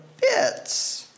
bits